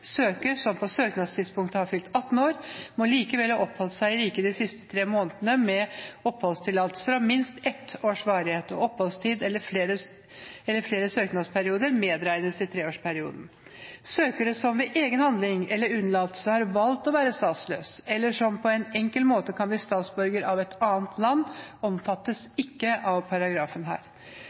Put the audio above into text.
søker som på søknadstidspunktet har fylt 18 år, må likevel ha oppholdt seg i riket de siste tre årene med oppholdstillatelser av minst ett års varighet. Oppholdstid eller flere søknadsperioder medregnes i treårsperioden. Søkere som ved egen handling eller unnlatelse har valgt å være statsløs, eller som på en enkel måte kan bli statsborger av et annet land, omfattes ikke av paragrafen her.